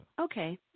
Okay